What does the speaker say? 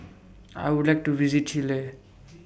I Would like to visit Chile